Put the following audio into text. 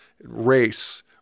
race